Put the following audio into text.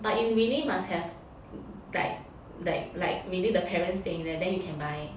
but you really must have like like like really the parents staying there then you can buy